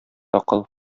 акыл